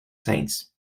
saints